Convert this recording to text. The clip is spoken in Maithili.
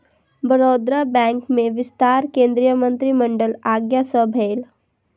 बड़ौदा बैंक में विस्तार केंद्रीय मंत्रिमंडलक आज्ञा सँ भेल